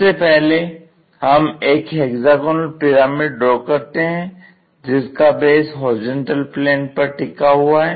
सबसे पहले हम एक हेक्सागोनल पिरामिड ड्रॉ करते हैं जिसका बेस HP पर टिका हुआ है